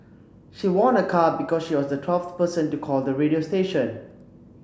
she won a car because she was the twelfth person to call the radio station